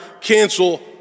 cancel